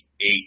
eight